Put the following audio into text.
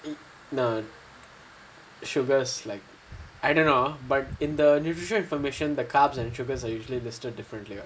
sugars like I don't know but in the nutrition information the carbohydrates and sugars are usually understood differently